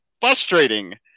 frustrating